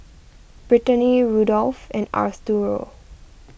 Britany Rudolf and Arturo